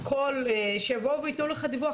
כל שבוע, ויתנו לך דיווח.